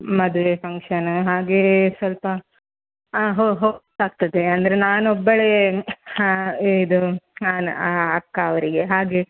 ಮದುವೆ ಫಂಕ್ಷನ ಹಾಗೆ ಸ್ವಲ್ಪ ಹಾಂ ಹೋಗಬೇಕಾಗ್ತದೆ ಅಂದರೆ ನಾನು ಒಬ್ಬಳೇ ಇದು ನಾನು ಅಕ್ಕ ಅವರಿಗೆ ಹಾಗೆ